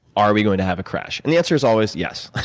are we going to have a crash? and the answer is always, yes.